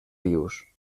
vius